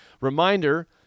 reminder –